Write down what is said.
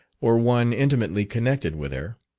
or one intimately connected with her.